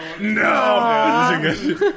No